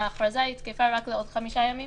ההכרזה תקפה רק לעוד חמישה ימים